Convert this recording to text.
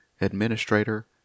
administrator